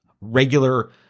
regular